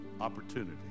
opportunity